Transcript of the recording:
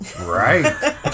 Right